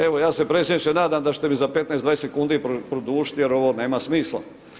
Evo, ja se predsjedniče nadam da ćete mi za 15-20 sekundi produžiti jer ovo nema smisla.